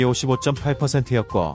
55.8%였고